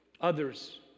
others